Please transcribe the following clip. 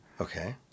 okay